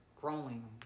growing